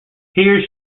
here